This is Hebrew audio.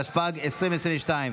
התשפ"ג 2022,